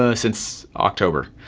ah since october,